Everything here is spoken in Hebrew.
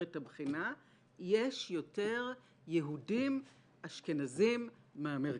את הבחינה יש יותר יהודים אשכנזים מהמרכז.